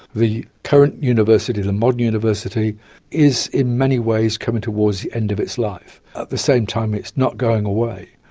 the current university, the modern university is in many ways coming towards the end of its life. at the same time, it is not going away.